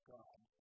God